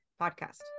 podcast